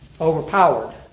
overpowered